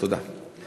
תודה.